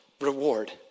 reward